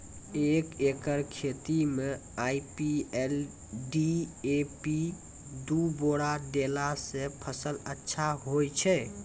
एक एकरऽ खेती मे आई.पी.एल डी.ए.पी दु बोरा देला से फ़सल अच्छा होय छै?